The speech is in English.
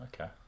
Okay